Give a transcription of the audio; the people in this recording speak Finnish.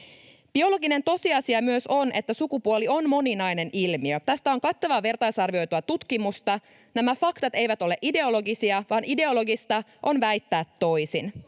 biologinen tosiasia on, että sukupuoli on moninainen ilmiö. Tästä on kattavaa vertaisarvioitua tutkimusta. Nämä faktat eivät ole ideologisia, vaan ideologista on väittää toisin.